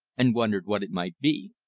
and wondered what it might be.